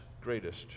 greatest